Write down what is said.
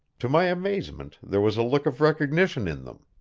to my amazement there was a look of recognition in them.